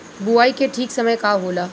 बुआई के ठीक समय का होला?